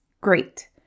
Great